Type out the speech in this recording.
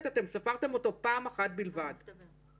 פעם בצוהריים ופעם